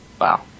Wow